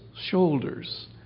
shoulders